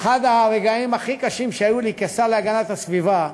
אחד הרגעים הכי קשים שהיו לי כשר להגנת הסביבה,